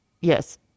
yes